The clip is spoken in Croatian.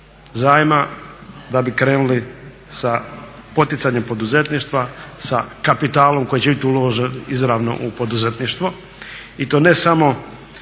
zajma da bi krenuli sa poticanjem poduzetništva sa kapitalom koji će biti uložen izravno u poduzetništvo.